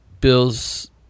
Bill's